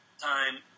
time